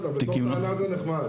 בתור טענה זה נחמד.